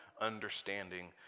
understanding